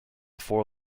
four